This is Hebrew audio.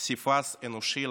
פסיפס אנושי,